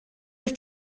oedd